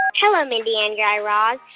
hello, mindy and guy raz.